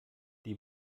die